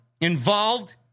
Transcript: involved